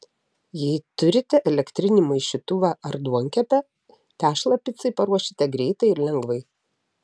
jei turite elektrinį maišytuvą ar duonkepę tešlą picai paruošite greitai ir lengvai